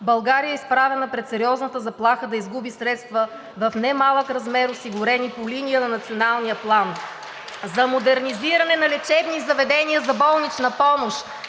България е изправена пред сериозната заплаха да изгуби средства в немалък размер (ръкопляскания от ГЕРБ-СДС), осигурени по линия на Националния план: за модернизиране на лечебни заведения за болнична помощ